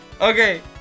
Okay